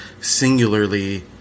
singularly